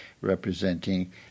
representing